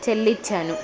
చెల్లించాను